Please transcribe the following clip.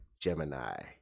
Gemini